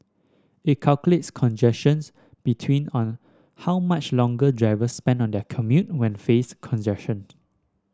it calculates congestions between on how much longer drivers spend on their commute when faced congestion